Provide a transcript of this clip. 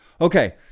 okay